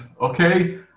okay